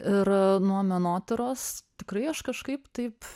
ir nuo menotyros tikrai aš kažkaip taip